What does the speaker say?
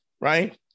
right